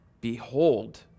behold